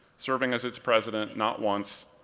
serving as its president not once,